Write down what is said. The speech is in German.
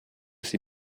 sie